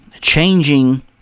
changing